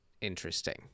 interesting